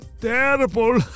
terrible